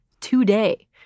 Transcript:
today